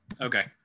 Okay